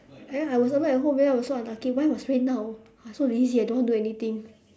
and then I was alone at home then I was so unlucky why must rain now I so lazy I don't want to do anything